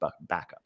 backup